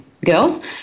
girls